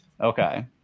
Okay